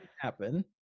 happen